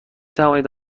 توانید